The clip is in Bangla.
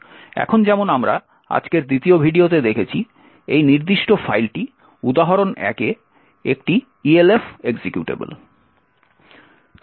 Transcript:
এখন যেমন আমরা আজকের দ্বিতীয় ভিডিওতে দেখেছি এই নির্দিষ্ট ফাইলটি উদাহরণ1 এ একটি elf এক্সিকিউটেবল